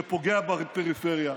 שפוגע בפריפריה,